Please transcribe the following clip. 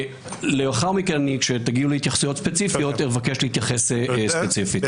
לאחר מכן כשתגיעו ל התייחסויות ספציפיות אבקש להתייחס ספציפית,